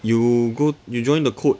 you go you join the code